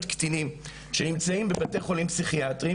קטינים שנמצאים בבתי חולים פסיכיאטריים,